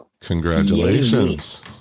Congratulations